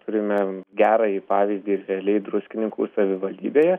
turime gerąjį pavyzdį realiai druskininkų savivaldybėje